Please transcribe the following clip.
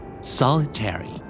Solitary